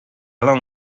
long